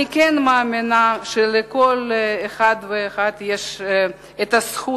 אני כן מאמינה שלכל אחד ואחד יש הזכות,